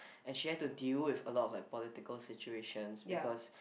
and she had to deal with a lot of like political situation because